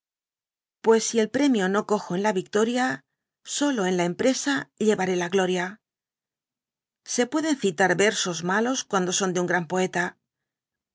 pues si el premio no cojo en la vícloria solo en la empresa llevaré la gloria se pueden citar yersos malos cuando son de un gran poeta